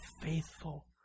faithful